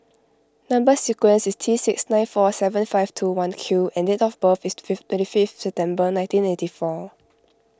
Number Sequence is T six nine four seven five two one Q and date of birth is to fifth twenty fifth September nineteen eighty four